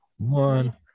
One